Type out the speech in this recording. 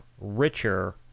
richer